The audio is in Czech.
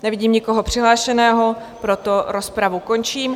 Nevidím nikoho přihlášeného, proto rozpravu končím.